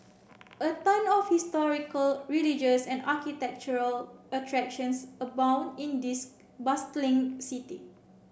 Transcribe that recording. a ton of historical religious and architectural attractions abound in this bustling city